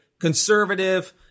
Conservative